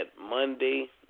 Monday